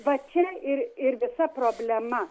va čia ir ir visa problema